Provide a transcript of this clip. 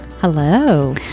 Hello